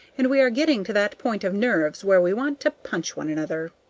and we are getting to that point of nerves where we want to punch one another.